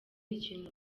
ikintu